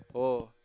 oh